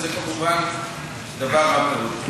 וזה כמובן דבר רע מאוד.